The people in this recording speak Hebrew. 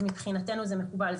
אז מבחינתנו זה מקובל.